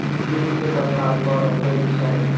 बीज केँ प्रकार कऽ होइ छै?